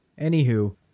Anywho